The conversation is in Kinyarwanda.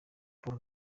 paul